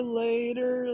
later